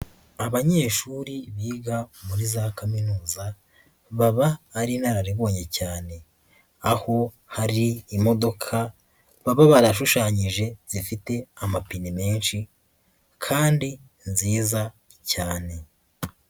Abanyeshuri biga muri za kaminuza baba ari inararibonye cyane, aho hari imodoka baba barashushanyije zifite amapine menshi kandi nziza cyane.